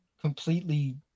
completely